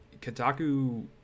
Kotaku